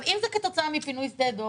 אם זה כתוצאה מפינוי שדה דב,